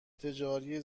تجاری